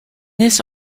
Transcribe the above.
this